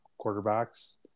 quarterbacks